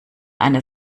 eine